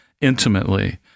intimately